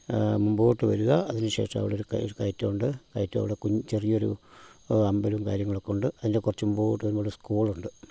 മുൻപോട്ട് വരിക അതിന് ശേഷം അവിടൊരു കയ് കയറ്റമുണ്ട് കയറ്റം കഴിഞ്ഞ് കുഞ്ഞ് ചെറിയൊരു അമ്പലം കാര്യങ്ങളൊക്കെ ഉണ്ട് അതിൻ്റെ കുറച്ച് മുമ്പോട്ട് വരുമ്പോൾ ഒരു സ്കൂളുണ്ട്